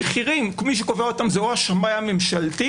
מי שקובע אותם זה או השמאי הממשלתי,